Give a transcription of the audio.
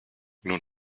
nun